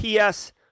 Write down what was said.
PS